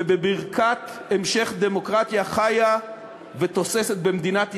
ובברכת המשך דמוקרטיה חיה ותוססת במדינת ישראל,